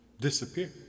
disappear